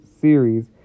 series